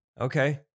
Okay